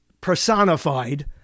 personified